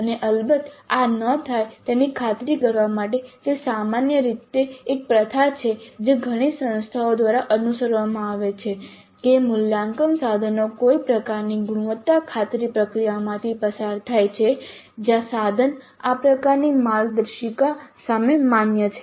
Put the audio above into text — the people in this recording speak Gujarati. અને અલબત્ત આ ન થાય તેની ખાતરી કરવા માટે તે સામાન્ય રીતે એક પ્રથા છે જે ઘણી સંસ્થાઓ દ્વારા અનુસરવામાં આવે છે કે મૂલ્યાંકન સાધનો કોઈ પ્રકારની ગુણવત્તા ખાતરી પ્રક્રિયામાંથી પસાર થાય છે જ્યાં સાધન આ પ્રકારની માર્ગદર્શિકા સામે માન્ય છે